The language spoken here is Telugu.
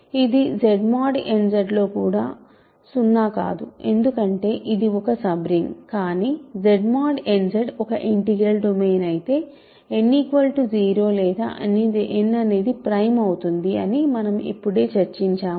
ఇది Z mod n Z లో కూడా సున్నా కాదు ఎందుకంటే ఇది ఒక సబ్ రింగ్ కానీ Z mod n Z ఒక ఇంటిగ్రల్ డొమైన్ అయితే n 0 లేదా n అనేది ప్రైమ్ అవుతుంది అని మనం ఇప్పుడే చర్చించాము